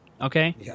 okay